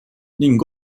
ning